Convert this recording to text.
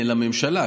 לממשלה,